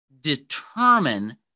determine